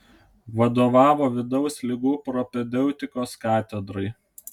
vadovavo vidaus ligų propedeutikos katedrai